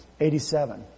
87